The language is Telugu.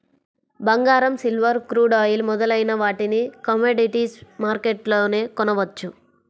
బంగారం, సిల్వర్, క్రూడ్ ఆయిల్ మొదలైన వాటిని కమోడిటీస్ మార్కెట్లోనే కొనవచ్చు